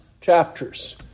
chapters